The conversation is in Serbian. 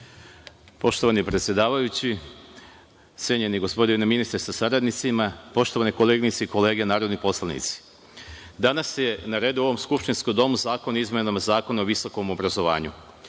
Poštovani predsedavajući, cenjeni gospodine ministre sa saradnicima, poštovane koleginice i kolege narodni poslanici, danas je na redu u ovom skupštinskom domu Zakon o izmenama Zakona o visokom obrazovanju. Ustavni